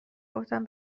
گفتن